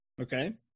Okay